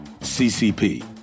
CCP